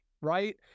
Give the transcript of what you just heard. right